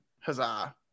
Huzzah